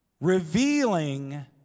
Revealing